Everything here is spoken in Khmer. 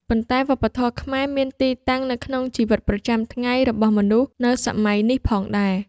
ប៉ុន្តែវប្បធម៌ខ្មែរមានទីតាំងនៅក្នុងជីវិតប្រចាំថ្ងៃរបស់មនុស្សនៅសម័យនេះផងដែរ។